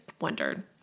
wondered